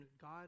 God